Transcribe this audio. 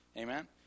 amen